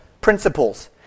principles